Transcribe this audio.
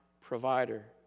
provider